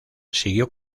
siguió